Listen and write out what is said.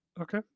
Okay